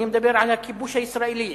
אני מדבר על הכיבוש הישראלי,